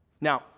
Now